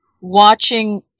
watching